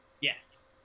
Yes